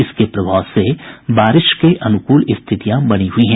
इसके प्रभाव से बारिश के अनुकूल स्थितियां बनी हुई है